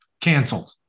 canceled